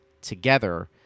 together